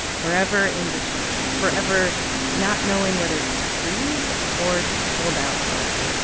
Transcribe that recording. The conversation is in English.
forever in between, forever not knowing whether to grieve or to hold out hope,